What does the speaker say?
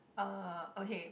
uh okay